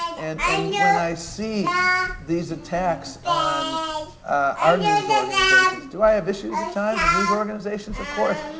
and and when i see these attacks on our news organizations, do i have issues at times with news organizations? of course.